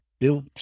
built